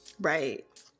right